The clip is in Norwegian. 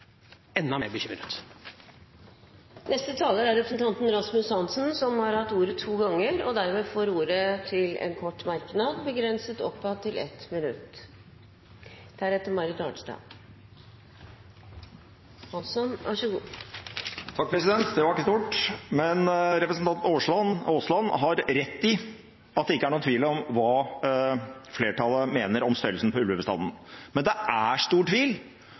enda mer bekymret. Representanten Rasmus Hansson har hatt ordet to ganger tidligere og får ordet til en kort merknad, begrenset til 1 minutt. Det var ikke stort, men representanten Aasland har rett i at det ikke er noen tvil om hva flertallet mener om størrelsen på ulvebestanden. Men det er stor tvil